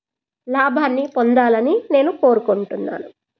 లాభాన్ని పొందాలని నేను కోరుకుంటున్నాను